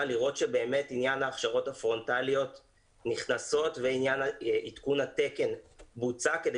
לראות שבאמת עניין ההכשרות הפרונטליות נכנס ועניין עדכון התקן בוצע כדי